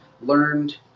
learned